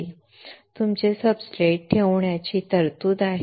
तुमचे सब्सट्रेट्स ठेवण्याची तरतूद आहे